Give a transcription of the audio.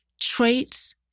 traits